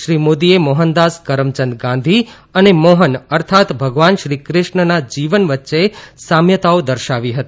શ્રી મોદીએ મોહનદાસ કરમયંદ ગાંધી અને મોહન અર્થાત્ ભગવાન શ્રીકુષ્ણના જીવન વચ્ચે સામ્યતાઓ દર્શાવી હતી